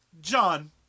John